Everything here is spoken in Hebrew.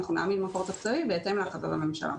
אנחנו נעמיד מקור תקציבי בהתאם להחלטת הממשלה.